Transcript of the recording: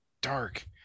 dark